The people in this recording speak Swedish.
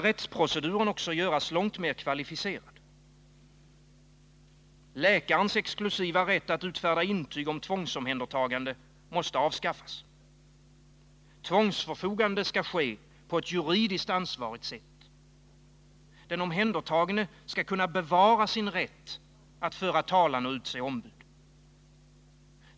Rättsproceduren måste göras långt mer kvalificerad. Läkarens rätt att utfärda intyg om tvångsomhändertagande måste avskaffas. Tvångsförfogande skall ske på ett juridiskt ansvarigt sätt. Den omhändertagne skall kunna bevara sin rätt att föra talan och utse ombud.